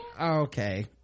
okay